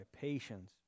patience